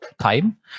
time